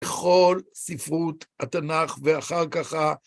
בכל ספרות התנ״ך ואחר כך.